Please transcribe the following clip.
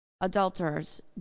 adulterers